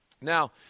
Now